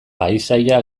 paisaia